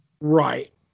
Right